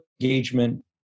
engagement